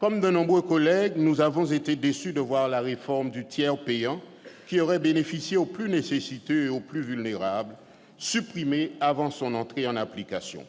Comme de nombreux collègues, nous avons été déçus de voir la réforme du tiers payant, qui aurait bénéficié aux plus nécessiteux et aux plus vulnérables, supprimée avant son entrée en application.